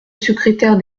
secrétaire